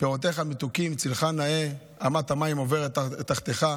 פירותיך מתוקים, צילך נאה, אמת המים עוברת תחתיך,